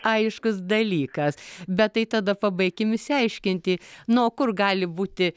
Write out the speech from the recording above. aiškus dalykas bet tai tada pabaikim išsiaiškinti nu o kur gali būti